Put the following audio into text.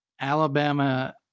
Alabama